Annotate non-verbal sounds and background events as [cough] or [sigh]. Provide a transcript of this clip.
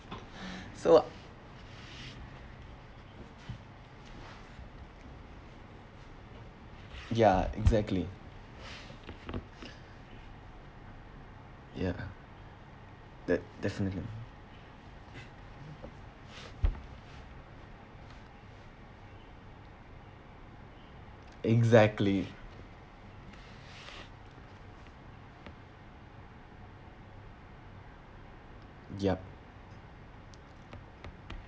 so ya exactly ya [laughs] de~ definitely exactly yup